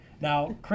Now